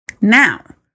Now